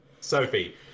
Sophie